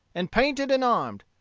and painted and armed.